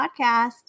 podcast